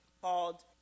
called